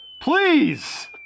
Please